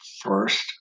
first